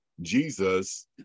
Jesus